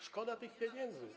Szkoda tych pieniędzy.